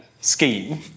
scheme